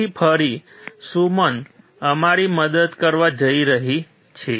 તેથી ફરી સુમન અમારી મદદ કરવા જઈ રહી છે